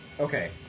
Okay